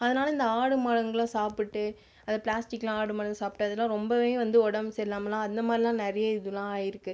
அதனால் இந்த ஆடு மாடுங்கலாம் சாப்பிட்டு அதை ப்ளாஸ்டிக்லாம் ஆடு மாடு சாப்பிட்டு அதெல்லாம் ரொம்பவே வந்து உடம்பு சரியில்லாமலாம் அந்தமாதிரிலா நிறையே இதுல்லாம் இருக்கு